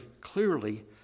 clearly